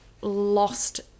lost